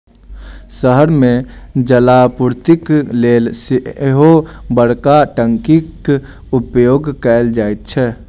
शहर मे जलापूर्तिक लेल सेहो बड़का टंकीक उपयोग कयल जाइत छै